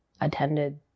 attended